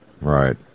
Right